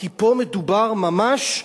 כי פה מדובר ממש,